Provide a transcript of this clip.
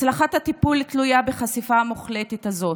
הצלחת הטיפול תלויה בחשיפה המוחלטת הזאת.